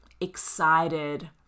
excited